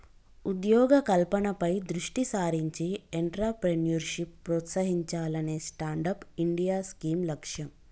ఉద్యోగ కల్పనపై దృష్టి సారించి ఎంట్రప్రెన్యూర్షిప్ ప్రోత్సహించాలనే స్టాండప్ ఇండియా స్కీమ్ లక్ష్యం